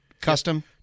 Custom